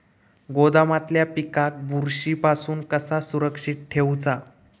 गोदामातल्या पिकाक बुरशी पासून कसा सुरक्षित ठेऊचा?